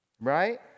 Right